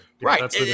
Right